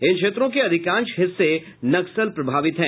इन क्षेत्रों के अधिकांश हिस्से नक्सल प्रभावित हैं